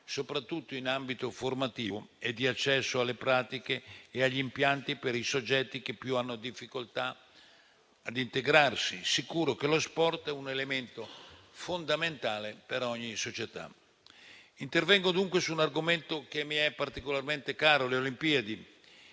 soprattutto in ambito formativo e di accesso alle pratiche e agli impianti per i soggetti che hanno maggiori difficoltà ad integrarsi. È sicuro che lo sport è un elemento fondamentale per ogni società. Intervengo dunque su un argomento che mi è particolarmente caro, le Olimpiadi,